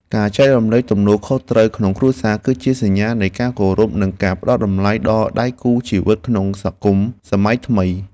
ការចែករំលែកទំនួលខុសត្រូវក្នុងគ្រួសារ គឺជាសញ្ញានៃការគោរពនិងការផ្តល់តម្លៃដល់ដៃគូជីវិតក្នុងសង្គមសម័យថ្មី។